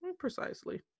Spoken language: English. Precisely